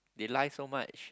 they lie so much